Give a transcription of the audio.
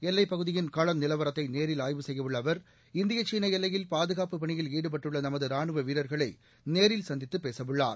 எல்லைப் பகுதியின் களநிலவரத்தை நேரில் ஆய்வு செய்யவுள்ள அவர் இந்திய சீன எல்லையில் பாதுகாப்புப் பணியில் ஈடுபட்டுள்ள நமது ரானுவ வீரர்களை நேரில் சந்தித்து பேசவுள்ளார்